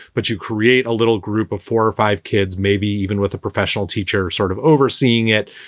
but you create a little group of four or five kids, maybe even with a professional teacher sort of overseeing it,